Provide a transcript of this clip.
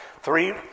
three